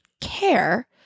care